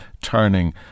turning